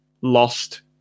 lost